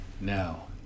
Now